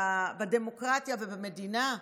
בדמוקרטיה ובמדינה?